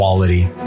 quality